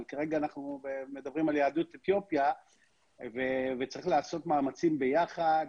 אבל כרגע אנחנו מדברים על יהדות אתיופיה וצריך לעשות מאמצים ביחד